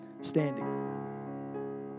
standing